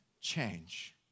change